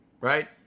right